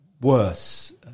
worse